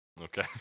okay